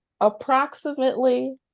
Approximately